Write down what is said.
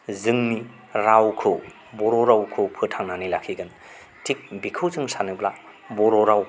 जोंनि रावखौ बर' रावखौ फोथांनानै लाखिगोन थिग बेखौ जों सानोब्ला बर' राव